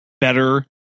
better